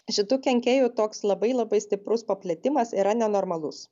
šitų kenkėjų toks labai labai stiprus paplitimas yra nenormalus